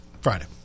Friday